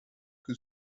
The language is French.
que